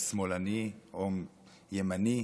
שמאלני או ימני.